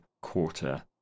quarter